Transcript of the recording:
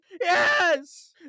yes